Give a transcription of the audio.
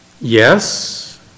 Yes